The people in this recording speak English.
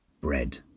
Bread